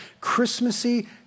Christmassy